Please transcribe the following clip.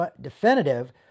definitive